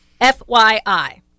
fyi